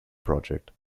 project